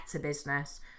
business